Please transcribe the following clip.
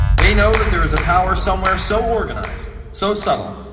they know that there is a power somewhere so organized, so subtle,